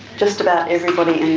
just about everybody